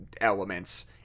elements